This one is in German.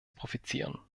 profitieren